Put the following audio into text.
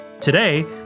Today